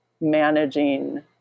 managing